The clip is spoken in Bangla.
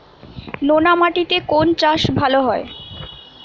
নোনা মাটিতে কোন চাষ ভালো হয়?